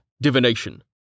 Divination